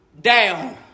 down